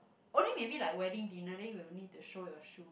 only maybe like wedding dinner then you'll need to show your shoe